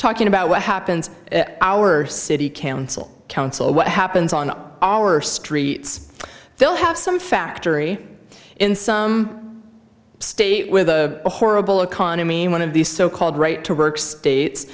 talking about what happens at our city council council what happens on our streets they'll have some factory in some state with a horrible economy one of these so called right to work states